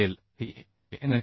असेल ही एन